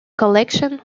collection